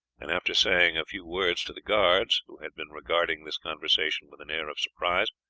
and after saying a few words to the guards, who had been regarding this conversation with an air of surprise,